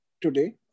today